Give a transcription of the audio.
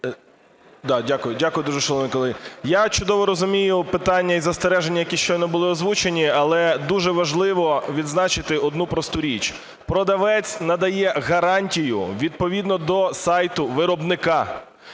Д.А. Дякую дуже, шановні колеги. Я чудово розумію питання і застереження, які щойно були озвучені. Але дуже важливо відзначити одну просту річ: продавець надає гарантію відповідно до сайту виробника.